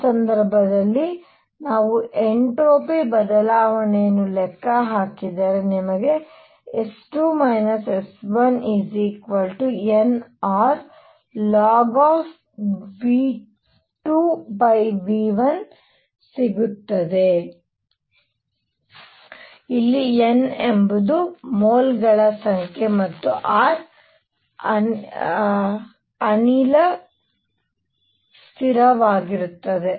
ಈ ಸಂದರ್ಭದಲ್ಲಿ ನಾವು ಎನ್ಟ್ರೋಪಿ ಬದಲಾವಣೆಯನ್ನು ಲೆಕ್ಕ ಹಾಕಿದರೆ ನಿಮಗೆ S2 S1 n R log⁡V2V1 ಸಿಗುತ್ತದೆ ಅಲ್ಲಿ n ಎಂಬುದು ಮೋಲ್ಗಳ ಸಂಖ್ಯೆ ಮತ್ತು R ಅನಿಲ ಸ್ಥಿರವಾಗಿರುತ್ತದೆ